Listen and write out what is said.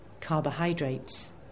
carbohydrates